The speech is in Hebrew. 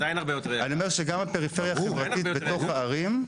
אני אומר שגם הפריפריה החברתית בתוך הערים,